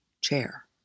chair